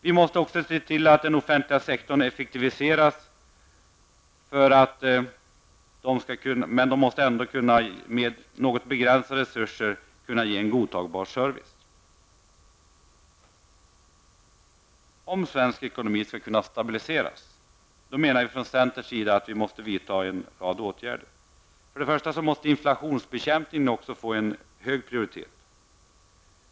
Vi måste också se till att den offentliga sektorn effektiviseras för att med begränsade resurser kunna ge en godtagbar service. Om svensk ekonomi skall kunna stabiliseras menar vi från centerns sida att en rad åtgärder måste vidtas. Inflationsbekämpningen måste få hög prioritet.